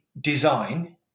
design